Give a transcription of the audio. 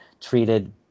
treated